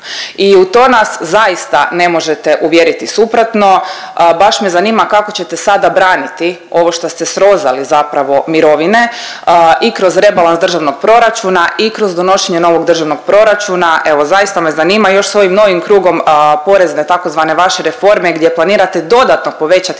I u to nas zaista ne možete uvjeriti suprotno. A baš me zanima kako ćete sada braniti ovo šta ste srozali zapravo mirovine i kroz rebalans državnog proračuna i kroz donošenje novog državnog proračuna, evo zaista me zanima još s ovim novim krugom porezne takozvane vaše reforme gdje planirate dodatno povećati